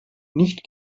nicht